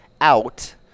out